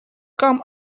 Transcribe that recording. come